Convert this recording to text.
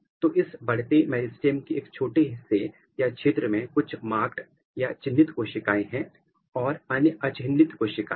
तो इस बढ़ते मेरिस्टेम के एक छोटे हिस्से या क्षेत्र में कुछ मार्कड या चिन्हित कोशिकाएं हैं और अन्य अचिह्नित कोशिकाएं हैं